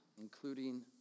including